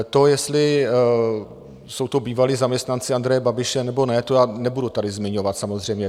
To, jestli jsou to bývalí zaměstnanci Andreje Babiše, nebo ne, to já nebudu tady zmiňovat samozřejmě.